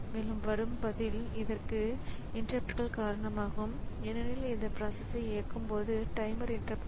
மேலும் நினைவகத்தின் ஒரு பகுதி ரீட் ஒன்லி மெமரி அல்லது ரோம் என்றும் மற்றொரு பகுதி ரேம் அல்லது ரேண்டம் அக்சஸ் மெமரி என்றும் அழைக்கப்படுகிறது